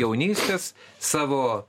jaunystės savo